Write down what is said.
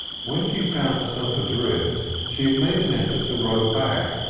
when she found herself adrift, she had made an effort to row back,